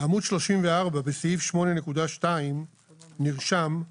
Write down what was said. בעמוד 34, בסעיף 8.2 נרשם,